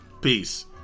Peace